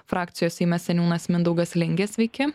frakcijos seime seniūnas mindaugas lingė sveiki